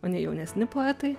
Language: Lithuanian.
o ne jaunesni poetai